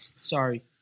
Sorry